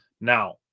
Now